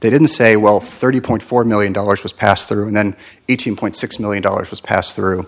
they didn't say well thirty point four million dollars was passed through and then eighteen point six million dollars was passed through